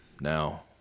Now